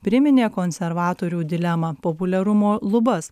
priminė konservatorių dilemą populiarumo lubas